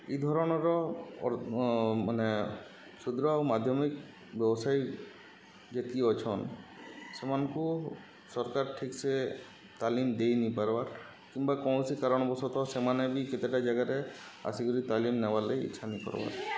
ଇ ଧରଣର ମାନେ କ୍ଷୁଦ୍ର ଆଉ ମାଧ୍ୟମିକ ବ୍ୟବସାୟୀ ଯେତ୍କି ଅଛନ୍ ସେମାନଙ୍କୁ ସରକାର ଠିକ୍ସେ ତାଲିମ ଦେଇନି ପାର୍ବାର୍ କିମ୍ବା କୌଣସି କାରଣବଶତଃ ସେମାନେ ବି କେତେଟା ଜାଗାରେ ଆସିକରି ତାଲିମ ନବାର୍ ଲାଗି ଇଚ୍ଛା ନି କର୍ବାର୍